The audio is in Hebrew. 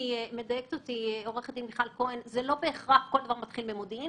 לא כל דבר מתחיל במודיעין,